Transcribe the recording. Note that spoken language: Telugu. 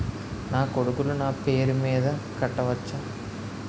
నా కొడుకులు నా పేరి మీద కట్ట వచ్చా?